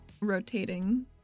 rotating